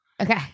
Okay